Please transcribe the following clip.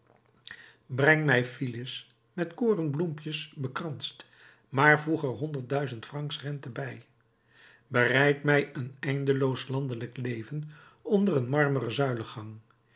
breng mij philis met korenbloempjes bekranst maar voeg er honderdduizend francs rente bij bereid mij een eindeloos landelijk leven onder een marmeren zuilengang